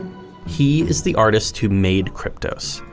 he is the artist who made kryptos,